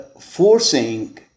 forcing